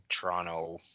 Toronto